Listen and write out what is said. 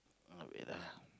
wait lah